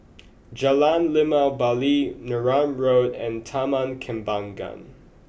Jalan Limau Bali Neram Road and Taman Kembangan